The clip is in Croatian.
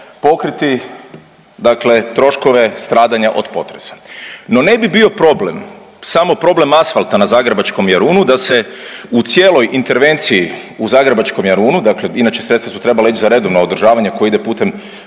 pokriti dakle troškove stradanja od potresa. No, ne bi bio problem samo problem asfalta na zagrebačkom Jarunu da se u cijeloj intervenciji u zagrebačkom Jarunu, dakle inače, sredstva su trebala ić za redovno održavanje koje ide putem